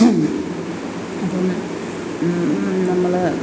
അപ്പം നമ്മൾ